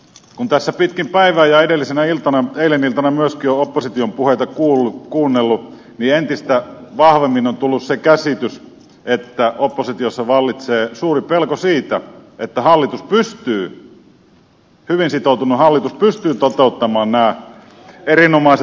kun tässä pitkin päivää ja eilis iltana myöskin olen opposition puheita kuunnellut niin entistä vahvemmin on tullut se käsitys että oppositiossa vallitsee suuri pelko siitä että hyvin sitoutunut hallitus pystyy toteuttamaan nämä erinomaiset tavoitteet